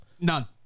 None